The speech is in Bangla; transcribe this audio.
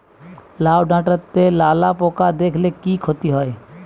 লাউ ডাটাতে লালা পোকা দেখালে কি ক্ষতি হয়?